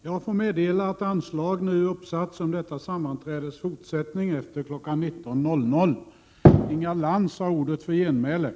Prot. 1987/88:94 Jag får meddela att anslag nu har satts upp om att detta sammanträde skall 6 april 1988